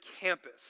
campus